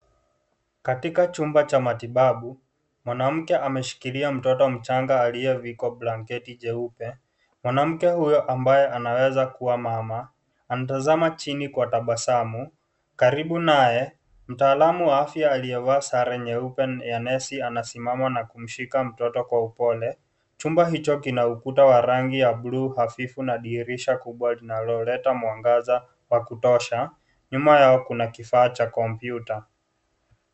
Katika chumba cha matibabu, mwanamke ameshikilia mtoto mchanga, aliyevikwa blanketi jeupe. Mwanamke huyo, ambaye anaweza kuwa mama, anatazama chini kwa tabasamu, karibu naye, mtaalamu wa afya, aliyevaa sare nyeupe ya nesi, anasimama na kumshika mtoto kwa upole. Chumba hicho kina ukuta wa rangi ya blue hafifu na dirisha kubwa linaloleta mwangaza wa kutosha. Nyuma yao kuna kifaa vya kompyuta.